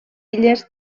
illes